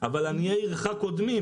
אבל עניי עירך קודמים.